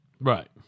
Right